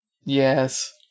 Yes